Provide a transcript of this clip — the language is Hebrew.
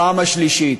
הפעם השלישית,